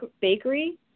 bakery